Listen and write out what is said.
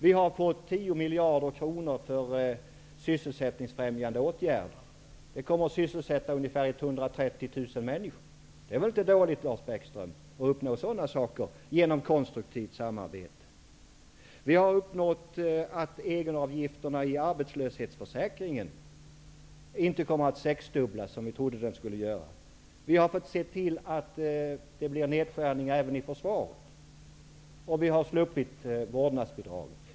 Vi har fått tio miljarder kronor för sysselsättningsfrämjande åtgärder. Det kommer att sysselsätta ungefär 130 000 människor. Det är väl inte dåligt, Lars Bäckström, att uppnå sådana saker genom konstruktivt samarbete? Vi har uppnått att egenavgifterna i arbetslöshetförsäkringen inte kommer att sexdubblas, som vi trodde att de skulle göra. Vi har sett till att det blir nedskärningar även i försvaret och vi har sluppit vårdnadsbidraget.